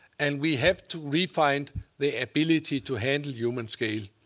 and we have to re-find the ability to handle human scale.